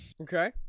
Okay